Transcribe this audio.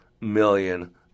million